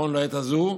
נכון לעת הזו,